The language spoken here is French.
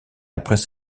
après